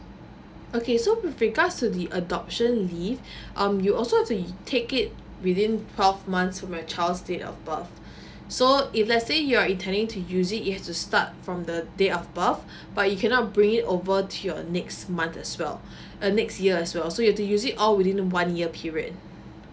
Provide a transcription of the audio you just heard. okay so with regards to the adoption leave um you also have to take it within twelve months from your child's date of birth so if let's say you're intending to use it you have to start from the date of birth but you cannot bring it over to your next month as well uh next year as well so you have to use it all within one year period